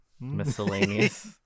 Miscellaneous